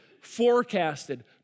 forecasted